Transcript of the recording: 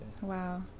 wow